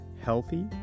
Healthy